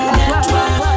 network